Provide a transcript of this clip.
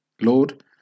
Lord